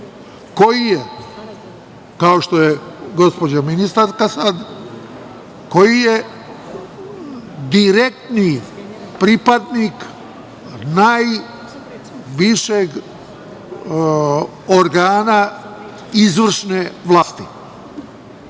koji je, kao što je gospođa ministarka sada, koji je direktni pripadnik najvišeg organa izvršne vlasti,